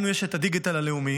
לנו יש את הדיגיטל הלאומי.